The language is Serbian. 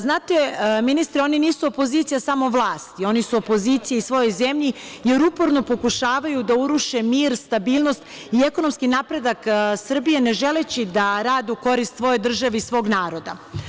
Znate, ministre, oni nisu opozicija samo vlasti, oni su opozicija i svojoj zemlji, jer uporno pokušavaju da uruše mir, stabilnost i ekonomski napredak Srbije ne želeći da rade u korist svoje države i svog naroda.